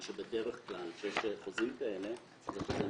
מה שבדרך כלל כשיש חוזים כאלה זה חוזה מסגרת.